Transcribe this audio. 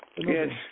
Yes